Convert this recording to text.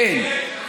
אין.